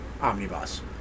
Omnibus